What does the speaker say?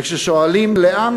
וכששואלים לאן,